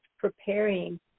preparing